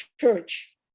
church